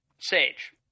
Sage